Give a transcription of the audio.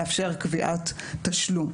לאפשר קביעת תשלום.